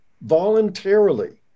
voluntarily